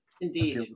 Indeed